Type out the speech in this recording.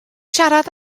siarad